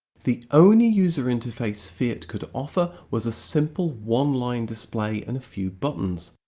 the only user interface fiat could offer was a simple one-line display and a few buttons.